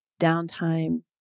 downtime